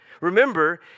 Remember